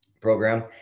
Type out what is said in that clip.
program